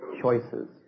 choices